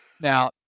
now